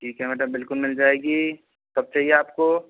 ठीक है मैडम बिल्कुल मिल जाएगी कब चहिए आपको